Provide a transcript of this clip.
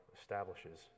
Establishes